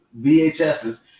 VHSs